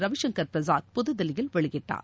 ரவிசங்கர் பிரசாத் புது தில்லியில் வெளியிட்டார்